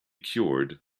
cured